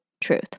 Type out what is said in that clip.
truth